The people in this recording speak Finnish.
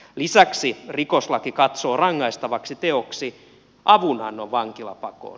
lisäksi rikoslaki katsoo rangaistavaksi teoksi avunannon vankilapakoon